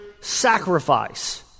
sacrifice